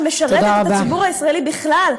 שמשרתת את הציבור הישראלי בכלל,